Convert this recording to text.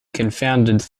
confounded